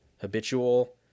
habitual